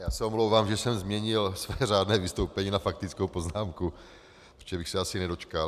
Já se omlouvám, že jsem změnil své řádné vystoupení na faktickou poznámku, protože bych se asi nedočkal.